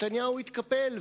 נתניהו התקפל,